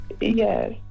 Yes